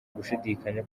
gushidikanya